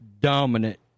dominant